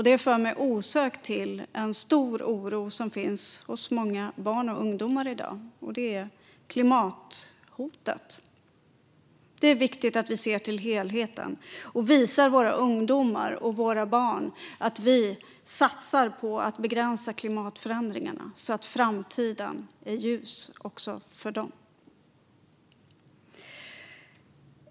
Detta för mig osökt in på en stor oro som finns hos många barn och ungdomar i dag, och det är klimathotet. Det är viktigt att vi ser till helheten och visar våra ungdomar och våra barn att vi satsar på att begränsa klimatförändringarna så att framtiden är ljus också för dem.